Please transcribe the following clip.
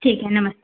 ठीक है नमस